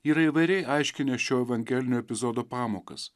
yra įvairiai aiškinę šio evangelinio epizodo pamokas